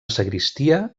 sagristia